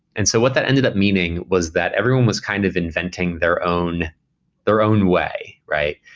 and so what that ended up meaning was that everyone was kind of inventing their own their own way, right.